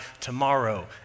tomorrow